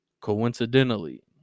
Coincidentally